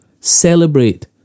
Celebrate